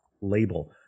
label